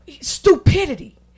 Stupidity